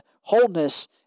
wholeness